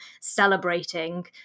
celebrating